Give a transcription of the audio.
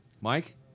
Mike